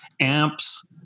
amps